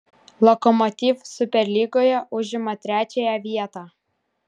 lokomotiv superlygoje užima trečiąją vietą